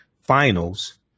finals